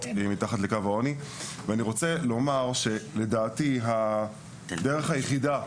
מתחת לקו העוני ואני רוצה לומר שלדעתי הדרך היחידה,